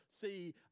see